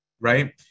right